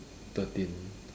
thirteen